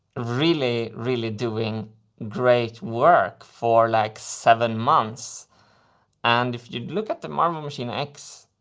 really really doing great work for, like, seven months and if you look at the marble machine x,